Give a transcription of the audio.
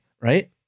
right